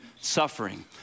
suffering